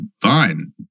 fine